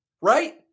right